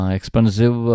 Expensive